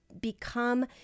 become